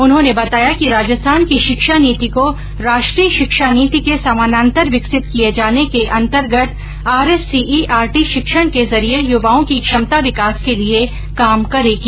उन्होंने बताया कि राजस्थान की शिक्षा नीति को राष्ट्रीय शिक्षा नीति के समानान्तर विकसित किए जाने के अंतर्गत आरएससीईआरटी शिक्षण के जरिए युवाओं की क्षमता विकास के लिए काम करेगी